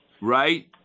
Right